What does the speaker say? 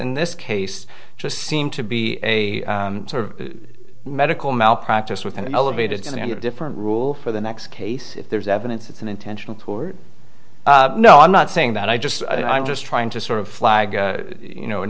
in this case just seem to be a sort of medical malpractise with an elevated in the under different rule for the next case if there's evidence it's an intentional toward no i'm not saying that i just i'm just trying to sort of flag you know an